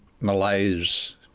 malaise